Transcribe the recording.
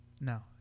No